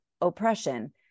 oppression